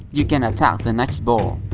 you can attack the next ball.